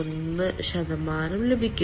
1 ലഭിക്കും